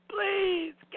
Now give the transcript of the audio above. Please